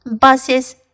buses